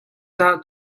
dah